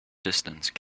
distance